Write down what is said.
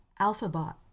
alphabot